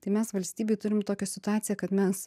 tai mes valstybėj turim tokią situaciją kad mes